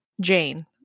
Jane